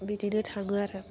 बिदिनो थाङो आरो